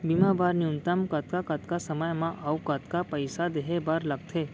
बीमा बर न्यूनतम कतका कतका समय मा अऊ कतका पइसा देहे बर लगथे